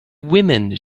women